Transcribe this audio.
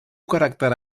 caràcter